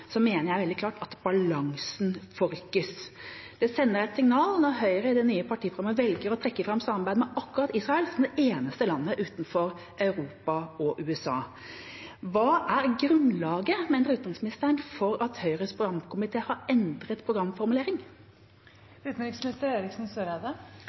mener jeg veldig klart at balansen forrykkes. Det sender et signal når Høyre i det nye partiprogrammet velger å trekke fram samarbeidet med akkurat Israel, som det eneste landet utenfor Europa og USA. Hva er grunnlaget, mener utenriksministeren, for at Høyres programkomité har endret